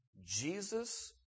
Jesus